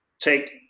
take